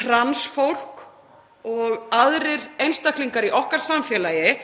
trans fólk og aðrir einstaklingar í okkar samfélagi